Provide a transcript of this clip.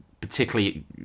particularly